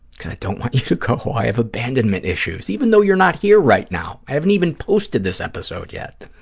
because i don't want you to go. i have abandonment issues. even though you're not here right now. i haven't even posted this episode yet.